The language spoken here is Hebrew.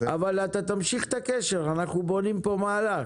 אבל אתה תמשיך את הקשר, אנחנו בונים פה מהלך.